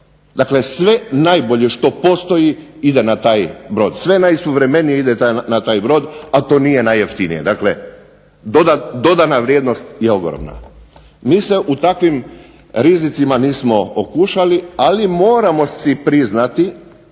Dakle, sve najbolje što postoji ide na taj brod. Sve najsuvremenije ide na taj brod, a to nije najjeftinije. Dakle, dodana vrijednost je ogromna. Mi se u takvim rizicima nismo okušali, ali moramo si priznati